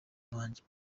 banjye